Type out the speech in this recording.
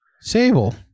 Sable